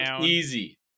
easy